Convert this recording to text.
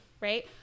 right